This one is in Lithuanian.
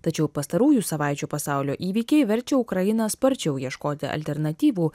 tačiau pastarųjų savaičių pasaulio įvykiai verčia ukrainą sparčiau ieškoti alternatyvų